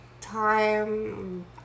time